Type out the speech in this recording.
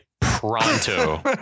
pronto